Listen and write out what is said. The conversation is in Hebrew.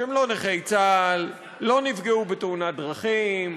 שהם לא נכי צה"ל, לא נפגעו בתאונת דרכים,